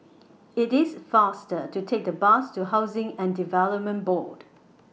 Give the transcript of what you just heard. IT IS faster to Take The Bus to Housing and Development Board